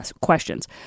questions